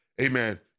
Amen